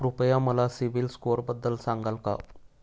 कृपया मला सीबील स्कोअरबद्दल सांगाल का?